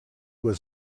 was